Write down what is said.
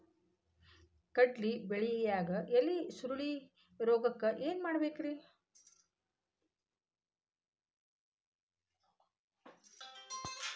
ಕಡ್ಲಿ ಬೆಳಿಯಾಗ ಎಲಿ ಸುರುಳಿರೋಗಕ್ಕ ಏನ್ ಮಾಡಬೇಕ್ರಿ?